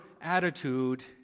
attitude